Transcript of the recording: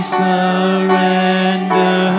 surrender